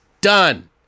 Done